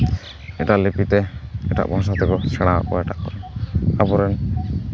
ᱮᱴᱟᱜ ᱞᱤᱯᱤ ᱛᱮ ᱮᱴᱟᱜ ᱵᱷᱟᱥᱟ ᱛᱮᱠᱚ ᱥᱮᱬᱟ ᱟᱠᱚ ᱮᱴᱟᱜ ᱠᱚ ᱟᱵᱚ ᱨᱮᱱ